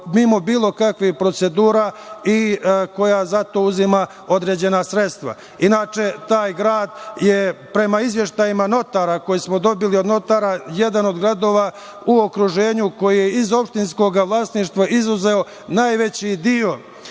mimo bilo kakvih procedura i koja za to uzima određena sredstva. Inače, taj grad je, prema izveštajima notara koji smo dobili od notara, jedan od gradova u okruženju koji je iz opštinskog vlasništva izuzeo najveći deo